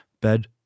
bed